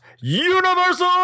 universal